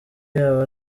yaba